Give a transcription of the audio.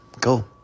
Go